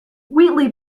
wheatley